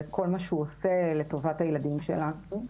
ואת כל מה שהוא עושה לטובת הילדים שלנו.